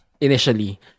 initially